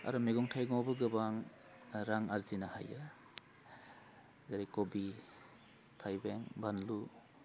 आरो मैगं थाइगङावबो गोबां रां आरजिनो हायो जेरै कभि थाइबें बानलु